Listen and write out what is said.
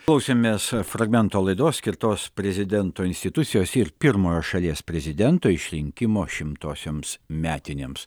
klausėmės fragmento laidos skirtos prezidento institucijos ir pirmojo šalies prezidento išrinkimo šimtosioms metinėms